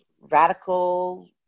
radical